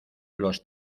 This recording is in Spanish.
los